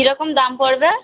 কী রকম দাম পড়বে